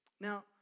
Now